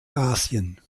asien